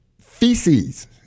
Feces